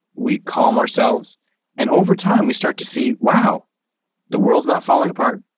we calm ourselves and over time we start to see wow the world's not falling apart.